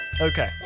Okay